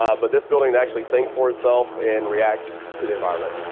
ah but this building, it actually thinks for itself and reacts to the environment.